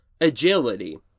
Agility